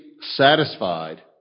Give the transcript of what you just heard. satisfied